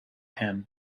him